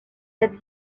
cette